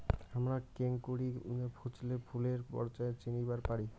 হামরা কেঙকরি ফছলে ফুলের পর্যায় চিনিবার পারি?